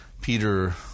Peter